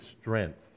strength